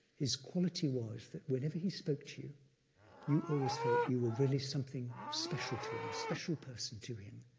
his quality was that whenever he spoke to you, you always felt you were really something special to him, a special person to him,